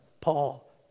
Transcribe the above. Paul